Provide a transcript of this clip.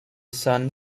son